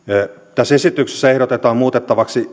tässä esityksessä ehdotetaan muutettavaksi